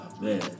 Man